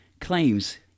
claims